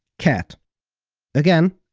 cat again,